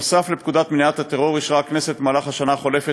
נוסף על פקודת מניעת טרור אישרה הכנסת בשנה החולפת